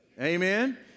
Amen